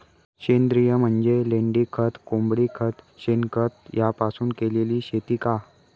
सेंद्रिय म्हणजे लेंडीखत, कोंबडीखत, शेणखत यापासून केलेली शेती का?